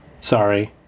Sorry